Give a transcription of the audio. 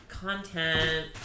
Content